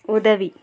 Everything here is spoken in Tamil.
உதவி